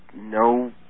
No